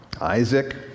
Isaac